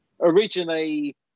originally